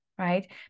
Right